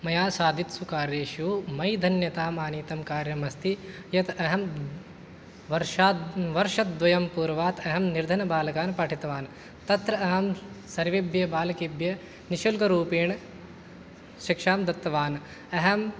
मया साधितेषु कार्येषु मयि धन्यतामानीतं कार्यमस्ति यत् अहं वर्षात् वर्षद्वयं पूर्वात् अहं निर्धनबालकान् पाठितवान् तत्र अहं सर्वेभ्यः बालकेभ्यः निःशुल्करूपेण शिक्षां दत्तवान् अहं